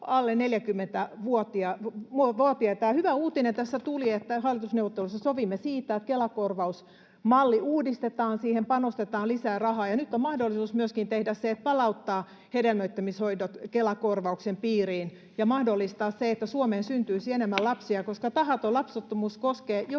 alle 40-vuotiaita. Hyvä uutinen tässä tuli, että hallitusneuvotteluissa sovimme siitä, että Kela-korvausmalli uudistetaan, siihen panostetaan lisää rahaa. Nyt on mahdollisuus myöskin palauttaa hedelmöittämishoidot Kela-korvauksen piiriin ja mahdollistaa se, että Suomeen syntyisi enemmän lapsia, koska tahaton lapsettomuus koskee